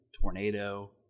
tornado